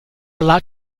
allowed